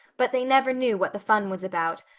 but they never knew what the fun was about.